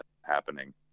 happening